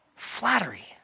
Flattery